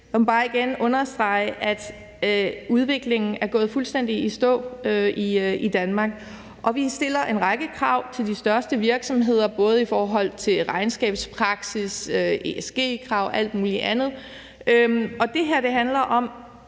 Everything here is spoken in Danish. Jeg må bare igen understrege, at udviklingen er gået fuldstændig i stå i Danmark. Vi stiller en række krav til de største virksomheder, både i forhold til regnskabspraksis, ESG-krav og alt muligt andet, og det her handler om,